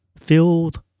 filled